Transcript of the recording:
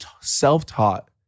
self-taught